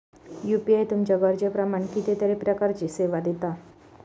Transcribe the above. UPI तुमच्या गरजेप्रमाण कितीतरी प्रकारचीं सेवा दिता